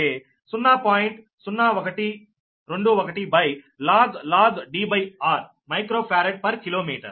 0121log Dr microfarad per kilometre